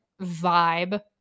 vibe